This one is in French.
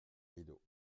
rideaux